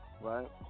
right